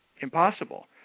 impossible